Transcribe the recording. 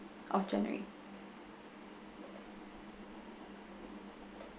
of january